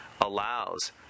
allows